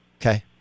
Okay